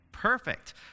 Perfect